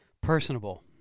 personable